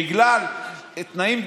בגלל התנאים,